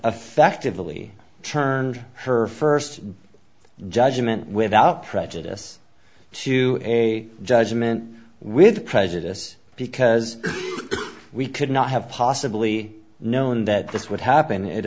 effectively turned her first judgement without prejudice to a judgment with prejudice because we could not have possibly known that this would happen it